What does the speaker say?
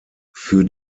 für